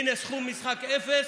הינה סכום משחק אפס,